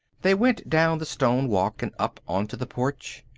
they went down the stone walk and up onto the porch.